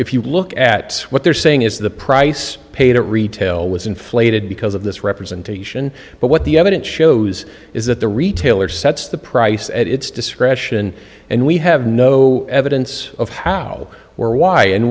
if you look at what they're saying is the price paid at retail was inflated because of this representation but what the evidence shows is that the retailer sets the price at its discretion and we have no evidence of how or why and